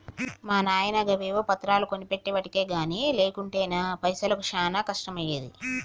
మా నాయిన గవేవో పత్రాలు కొనిపెట్టెవటికె గని లేకుంటెనా పైసకు చానా కష్టమయ్యేది